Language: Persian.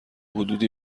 حدودی